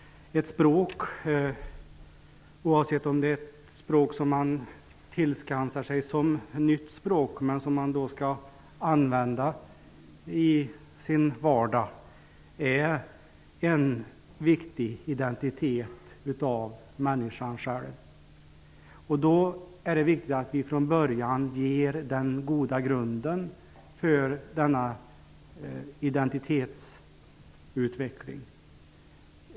Ett språk -- oavsett hur man tillskansat sig kunskaperna i det nya språk vilket man skall använda i sin vardag -- utgör en viktig del av identiteten för människan själv. Då är det viktigt att vi från början ger den goda grunden för denna identitetsutveckling.